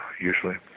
usually